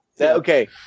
okay